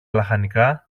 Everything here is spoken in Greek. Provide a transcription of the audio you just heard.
λαχανικά